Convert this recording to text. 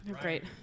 Great